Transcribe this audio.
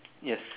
yes